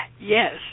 Yes